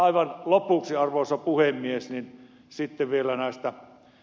aivan lopuksi arvoisa puhemies vielä palveluasumisesta